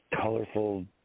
colorful